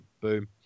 Boom